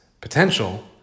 potential